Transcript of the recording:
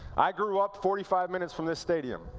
i grew up forty five minutes from this stadium,